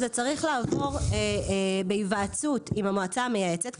למעשה זה צריך לעבור בהיוועצות עם המועצה המייעצת,